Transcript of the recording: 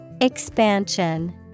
Expansion